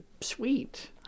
sweet